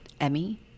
emmy